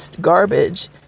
garbage